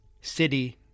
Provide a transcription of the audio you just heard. city